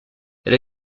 elle